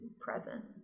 present